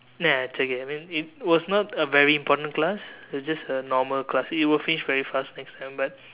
nah it's okay I mean it was not a very important class it's just a normal class it will finish very fast next sem but